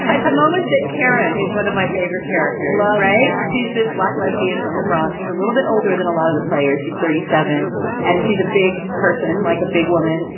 and it's a moment that karen, who's one of my favorite characters all right. she's this black lesbian from the bronx. she's a little bit older than a lot of the players. she's thirty seven and she's a big person, like a big woman.